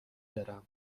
دارم